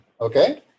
Okay